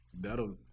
that'll